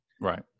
right